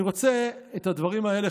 אני רוצה את הדברים האלה,